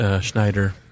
Schneider